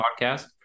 podcast